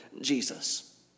Jesus